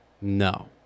No